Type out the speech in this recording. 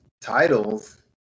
titles